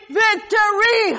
victory